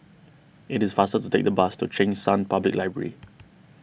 it is faster to take the bus to Cheng San Public Library